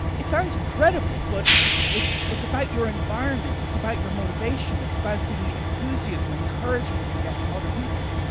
it's sound incredible but it's it's about your environment, it's about your motivation, it's about the enthusiasm and encouragement you get from other people.